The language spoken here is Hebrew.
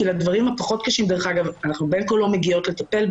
כי אל הדברים הקשים פחות אנחנו בין כה וכה לא מגיעות לטפל.